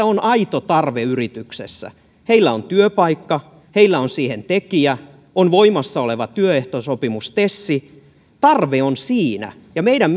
on aito tarve yrityksessä heillä on työpaikka heillä on siihen tekijä on voimassa oleva työehtosopimus tes tarve on siinä ja meidän